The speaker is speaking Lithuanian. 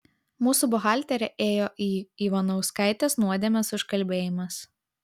mūsų buhalterė ėjo į ivanauskaitės nuodėmės užkalbėjimas